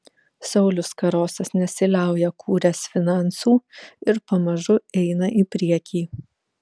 saulius karosas nesiliauja kūręs finansų ir pamažu eina į priekį